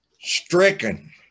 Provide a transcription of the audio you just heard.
stricken